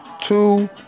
two